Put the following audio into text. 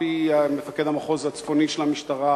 על-פי מפקד המחוז הצפוני של המשטרה,